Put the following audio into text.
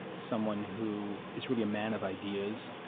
someone who is really a man of ideas,